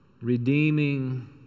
redeeming